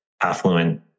affluent